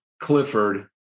Clifford